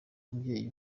umubyeyi